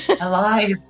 alive